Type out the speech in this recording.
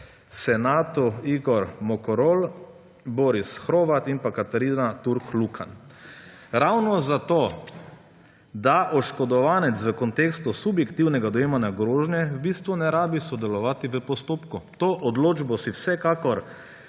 senatu – Igor Mokorel, Boris Hrovat in Katarina Turk Lukan. Ravno zato, da oškodovanec v kontekstu subjektivnega dojemanja grožnje v bistvu ne rabi sodelovati v postopku. To odločbo si vsekakor